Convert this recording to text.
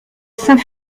saint